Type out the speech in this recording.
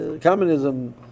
communism